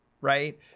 right